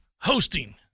hosting